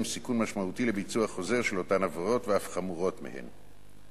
סיכון משמעותי לביצוע חוזר של אותן עבירות ואף חמורות מהן.